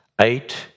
eight